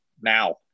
now